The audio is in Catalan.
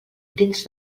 dins